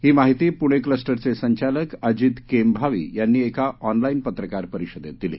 ही माहिती पुणे क्लस्टरचे संचालक अजीत केमभावी यांनी एका ऑनलाईन पत्रकार परिषदेत दिली